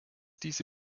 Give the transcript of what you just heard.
diese